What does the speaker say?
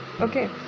Okay